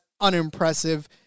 unimpressive